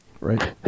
Right